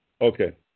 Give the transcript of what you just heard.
Okay